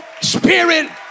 spirit